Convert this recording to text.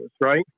right